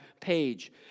page